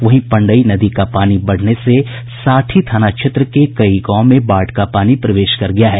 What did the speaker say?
वहीं पंडई नदी का पानी बढ़ने से साठी थाना क्षेत्र के कई गांव में बाढ़ का पानी प्रवेश कर गया है